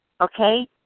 Okay